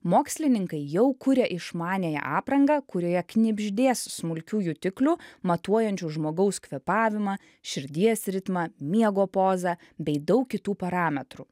mokslininkai jau kuria išmaniąją aprangą kurioje knibždės smulkių jutiklių matuojančių žmogaus kvėpavimą širdies ritmą miego pozą bei daug kitų parametrų